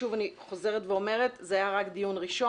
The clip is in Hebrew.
שוב אני חוזרת ואומרת, זה היה רק דיון ראשון.